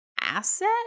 asset